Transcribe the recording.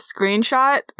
screenshot